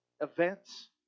events